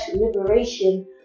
liberation